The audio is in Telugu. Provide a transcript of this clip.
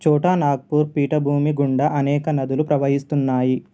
ఛోటా నాగ్పూర్ పీఠభూమి గుండా అనేక నదులు ప్రవహిస్తున్నాయి